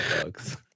dogs